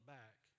back